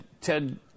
Ted